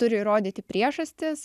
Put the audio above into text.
turi įrodyti priežastis